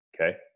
okay